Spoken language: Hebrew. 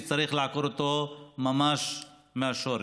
שצריך לעקור אותן ממש מהשורש.